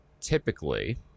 Typically